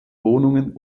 wohnungen